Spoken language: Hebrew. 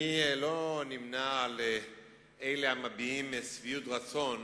אני לא נמנה עם אלה המביעים שביעות רצון